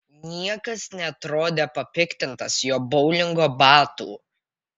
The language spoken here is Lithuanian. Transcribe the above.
niekas neatrodė papiktintas jo boulingo batų